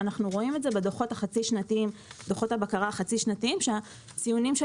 ואנחנו רואים את זה בדוחות הבקרה החצי-שנתיים שהציונים של